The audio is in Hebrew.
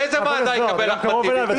איזו ועדה יקבל אחמד טיבי?